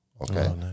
Okay